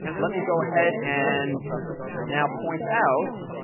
let me go ahead and now point out